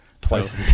Twice